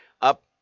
up